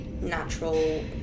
natural